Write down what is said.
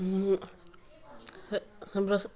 ह हाम्रो